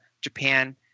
Japan